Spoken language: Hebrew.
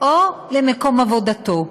או למקום עבודתו.